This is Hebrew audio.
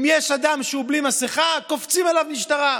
אם יש אדם שהוא בלי מסכה, קופצים עליו מהמשטרה.